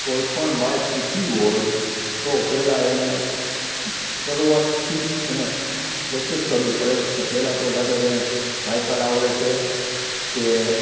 કોઈ પણ બાઇક શીખવી હોય તો પહેલાં એને શરૂઆતથી જ એને પ્રેક્ટિસ કરવી પડે તો પહેલાં તો દાખલા કે એને સાઇકલ આવડે છે કે